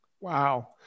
Wow